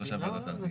כמובן שהוועדה תניח.